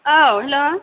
औ हेल'